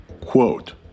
Quote